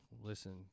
listen